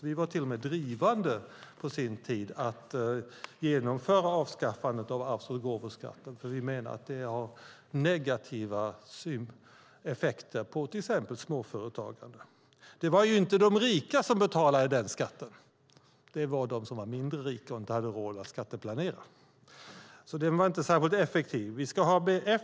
Vi var till och med drivande tidigare i att genomföra avskaffandet av arvs och gåvoskatt, för vi menar att de har negativa effekter på till exempel småföretagande. Det var ju inte de rika som betalade den skatten. Det var de som var mindre rika och inte hade råd att skatteplanera. Så det var inte en särskilt effektiv skatt.